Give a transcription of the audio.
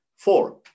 Four